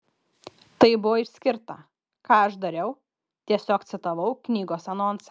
tai buvo išskirta ką aš dariau tiesiog citavau knygos anonsą